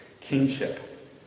kingship